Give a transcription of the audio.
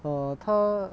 err 他